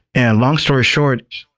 and long story short,